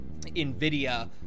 NVIDIA